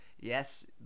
Yes